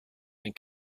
and